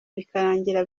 bikarangira